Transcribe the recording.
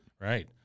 Right